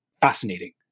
fascinating